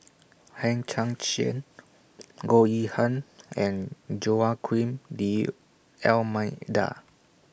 Hang Chang Chieh Goh Yihan and Joaquim D'almeida